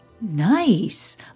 Nice